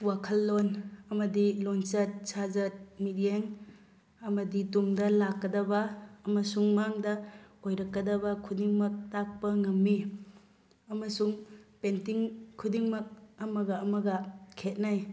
ꯋꯥꯈꯜꯂꯣꯟ ꯑꯃꯗꯤ ꯂꯣꯟꯆꯠ ꯁꯥꯖꯠ ꯃꯤꯠꯌꯦꯡ ꯑꯃꯗꯤ ꯇꯨꯡꯗ ꯂꯥꯛꯀꯗꯕ ꯑꯃꯁꯨꯡ ꯃꯥꯡꯗ ꯑꯣꯏꯔꯛꯀꯗꯕ ꯈꯨꯗꯤꯡꯃꯛ ꯇꯥꯛꯄ ꯉꯝꯃꯤ ꯑꯃꯁꯨꯡ ꯄꯦꯟꯇꯤꯡ ꯈꯨꯗꯤꯡꯃꯛ ꯑꯃꯒ ꯑꯃꯒ ꯈꯦꯠꯅꯩ